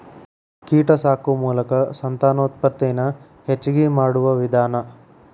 ಕೇಟಾ ಸಾಕು ಮೋಲಕಾ ಸಂತಾನೋತ್ಪತ್ತಿ ನ ಹೆಚಗಿ ಮಾಡುವ ವಿಧಾನಾ